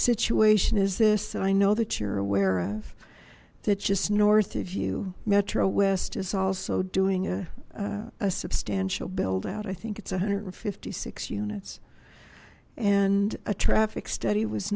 situation is this i know that you're aware of that just north of you metro west is also doing a a substantial build out i think it's one hundred fifty six units and a traffic study was